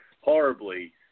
horribly